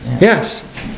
Yes